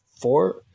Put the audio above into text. four